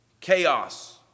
chaos